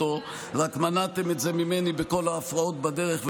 רק שמנעתם את זה ממני בכל ההפרעות בדרך,